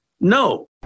No